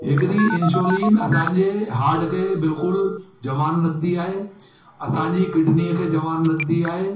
हिकिड़ी इंसोलिन असांजे हार्ड खे बिल्कुलु जवान रखंदी आहे असांजी किडनीअ खे जवान रखंदी आहे